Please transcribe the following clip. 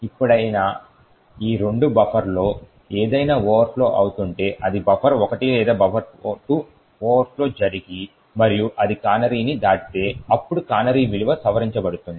ఎప్పుడైనా ఈ రెండు బఫర్లలో ఏదైనా ఓవర్ఫ్లో అవుతుంటే అది బఫర్1 లేదా బఫర్2 ఓవర్ఫ్లో జరిగి మరియు అది కానరీని దాటితే అప్పుడు కానరీ విలువ సవరించబడుతుంది